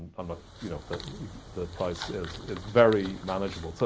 um like you know the the price is is very manageable. so